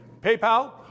PayPal